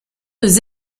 des